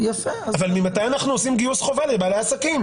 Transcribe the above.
אבל ממתי אנחנו עושים גיוס חובה לבעלי עסקים?